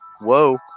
whoa